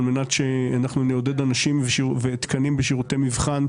על מנת שאנחנו נעודד אנשים ותקנים בשירותי מבחן,